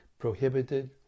Prohibited